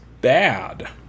bad